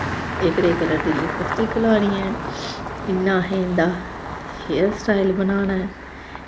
एह्कड़े कलर दी लिपस्टिक लानी ऐ इ'यां असें इंदा हेयर स्टाइल बनाना ऐ